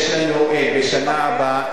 יש לנו בשנה הבאה.